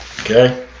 okay